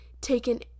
taken